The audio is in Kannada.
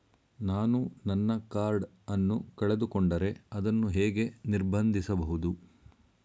ನಾನು ನನ್ನ ಕಾರ್ಡ್ ಅನ್ನು ಕಳೆದುಕೊಂಡರೆ ಅದನ್ನು ಹೇಗೆ ನಿರ್ಬಂಧಿಸಬಹುದು?